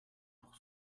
pour